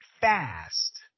fast